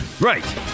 Right